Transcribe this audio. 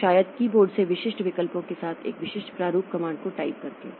तो शायद कीबोर्ड से विशिष्ट विकल्पों के साथ एक विशिष्ट प्रारूप कमांड को टाइप करके